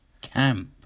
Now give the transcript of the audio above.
camp